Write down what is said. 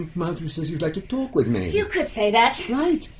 marjorie says you'd like to talk with me? you could say that. right,